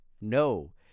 no